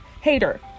hater